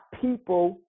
people